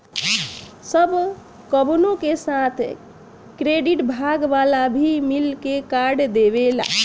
सब कवनो के साथ क्रेडिट विभाग वाला भी मिल के कार्ड देवेला